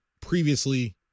previously